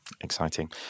exciting